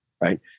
right